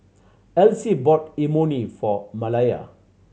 Elsie bought Imoni for Malaya